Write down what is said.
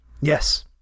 yes